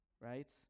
Right